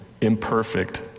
imperfect